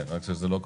כן, רק שזה לא קורה.